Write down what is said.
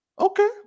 okay